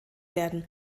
werden